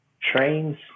trains